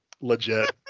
Legit